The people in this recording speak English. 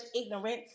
ignorance